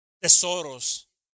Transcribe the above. tesoros